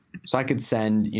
so i could send, you